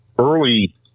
early